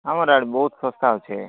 ଆମର ଆଡ଼ ବହୁତ ଶସ୍ତା ଅଛି